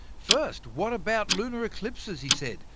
first, what about lunar eclipses, he said,